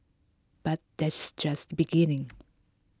but that's just beginning